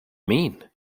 mean